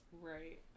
Right